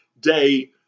day